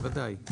בוודאי.